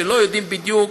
שלא יודעים בדיוק,